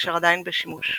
אשר עדיין בשימוש.